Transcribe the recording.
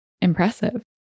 impressive